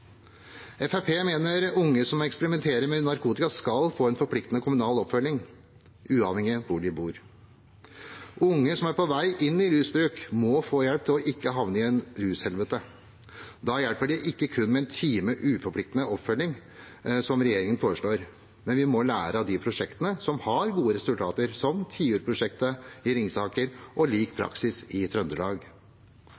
mener unge som eksperimenterer med narkotika, skal få en forpliktende kommunal oppfølging, uavhengig av hvor de bor. Unge som er på vei inn i rusbruk, må få hjelp til ikke å havne i et rushelvete. Da hjelper det ikke med kun en time uforpliktende oppfølging, som regjeringen foreslår, men vi må lære av de prosjektene som har gode resultater, som TIUR-prosjektet i Ringsaker og Lik